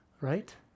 right